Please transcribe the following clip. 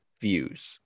views